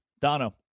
Dono